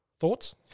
Thoughts